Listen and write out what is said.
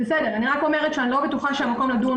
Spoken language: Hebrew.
רק אומרת שאני לא בטוחה שהמקום לדון